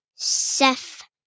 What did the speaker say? chef